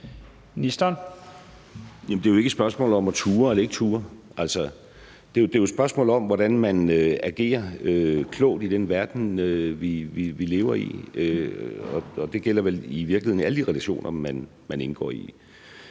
det er jo ikke et spørgsmål om at turde eller ikke turde. Det er jo et spørgsmål om, hvordan man agerer klogt i den verden, vi lever i, og det gælder vel i virkeligheden i alle de relationer, man indgår i.